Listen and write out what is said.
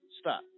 stop